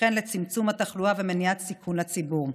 וכן לצמצום התחלואה ומניעת סיכון לציבור.